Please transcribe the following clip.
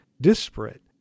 disparate